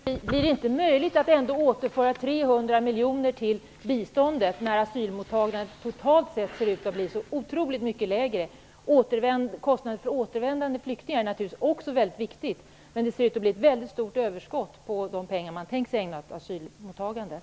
Fru talman! Blir det inte möjligt att återföra nära 300 miljoner kronor till biståndet, när kostnaden för asylmottagningen totalt sett ser ut att bli så mycket lägre? Kostnaden för återvändande flyktingar är naturligtvis också viktig, men det ser ju ut att bli ett stort överskott på de pengar man tänkt använda till asylmottagandet.